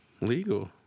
legal